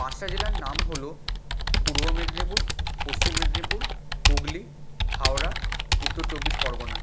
পাঁচটা জেলার নাম হলো পূর্ব মেদিনীপুর পশ্চিম মেদিনীপুর হুগলি হাওড়া উত্তর চব্বিশ পরগনা